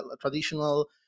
traditional